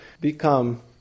become